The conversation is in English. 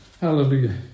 hallelujah